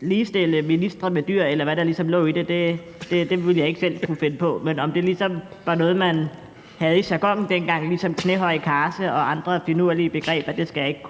ligestille ministre med dyr, eller hvad der ligesom lå i det, ville jeg ikke selv kunne finde på. Men om det ligesom var noget, man havde i jargonen dengang, ligesom knæhøj karse og andre finurlige begreber, skal jeg ikke